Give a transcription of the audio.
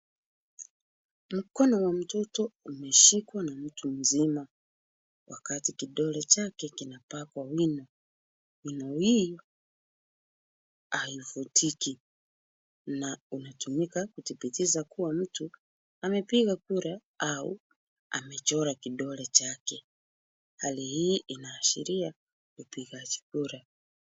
Mkono wa mtoto umeshikwa na mtu mzima, wakati kidole chake kinapakwa wino. Wino hii haifutiki na unatumika kudhibitisha kuwa mtu amepiga kura au amechora kidole chake, hali hii inaashiria upigaji kura.